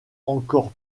encore